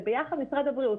זה ביחד משרד הבריאות,